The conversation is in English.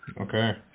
Okay